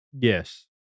Yes